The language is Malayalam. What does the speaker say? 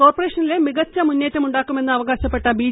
കോർപറേഷനിൽ മികച്ച മുന്നേറ്റമുണ്ടാക്കുമെന്ന് അവകാശപ്പെട്ട ബി